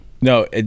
no